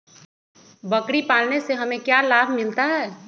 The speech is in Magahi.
बकरी पालने से हमें क्या लाभ मिलता है?